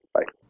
Bye